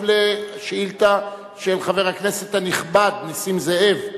על שאילתא של חבר הכנסת הנכבד נסים זאב,